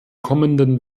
kommenden